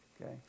Okay